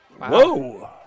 Whoa